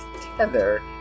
tether